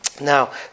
Now